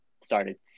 started